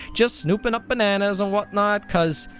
just snooping up bananas and whatnot, cause.